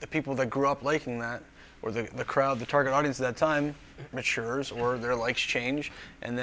the people that grew up liking that or the crowd the target audience that time matures or their life change and